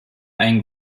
ein